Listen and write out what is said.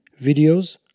videos